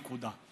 נקודה.